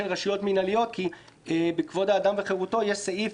רשויות מנהליות כי בכבוד האדם וחירותו יש סעיף